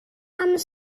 bapur